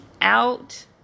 out